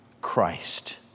Christ